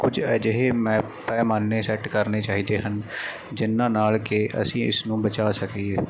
ਕੁਝ ਅਜਿਹੇ ਮੈ ਪੈਮਾਨੇ ਸੈਟ ਕਰਨੇ ਚਾਹੀਦੇ ਹਨ ਜਿਨ੍ਹਾਂ ਨਾਲ ਕਿ ਅਸੀਂ ਇਸ ਨੂੰ ਬਚਾ ਸਕੀਏ